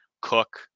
Cook